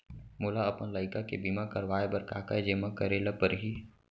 मोला अपन लइका के बीमा करवाए बर का का जेमा करे ल परही?